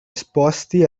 esposti